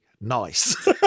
Nice